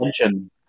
attention